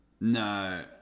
No